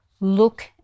Look